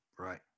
Right